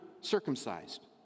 circumcised